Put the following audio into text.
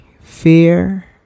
Fear